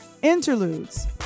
interludes